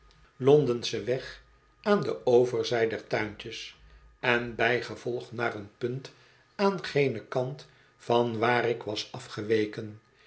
londenschen weg aan do overzij der tuintjes en bijgevolg naar een punt aan genen kant van waar ik was afgeweken